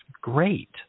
great